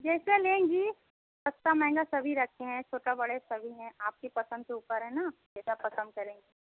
जैसे लेंगी सस्ता महँगा सभी रखे हैं छोटा बड़े सभी हैं आपकी पसंद के ऊपर है ना कैसा पसंद करेंगी